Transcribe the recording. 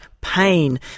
pain